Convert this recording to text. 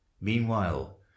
meanwhile